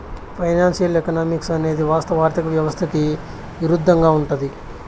financial economics అనేది వాస్తవ ఆర్థిక వ్యవస్థకి ఇరుద్దంగా ఉంటది